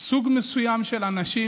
חייהם של סוג מסוים של אנשים,